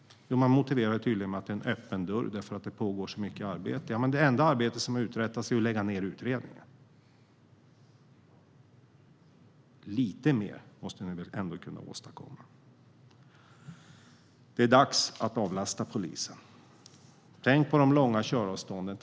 Jo, med att det är att slå in en öppen dörr eftersom det pågår så mycket arbete. Men det enda arbete som har uträttats är att lägga ned utredningen. Lite mer måste ni väl ändå kunna åstadkomma. Det är dags att avlasta polisen. Tänk på de långa köravstånden.